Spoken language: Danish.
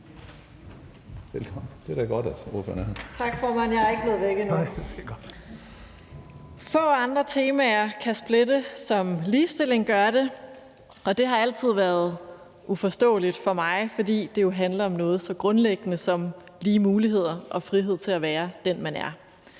er her. Kl. 15:50 (Ordfører) Samira Nawa (RV): Tak, formand. Jeg er ikke blevet væk endnu. Få andre temaer kan splitte, som ligestilling gør det, og det har altid været uforståeligt for mig, fordi det jo handler om noget så grundlæggende som lige muligheder og frihed til at være den, man er.